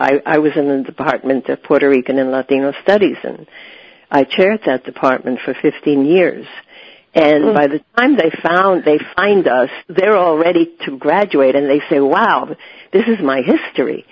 i was in the partment of puerto rican and latino studies and i chaired that department for fifteen years and by the i'm they found they find us they're all ready to graduate and they say wow this is my history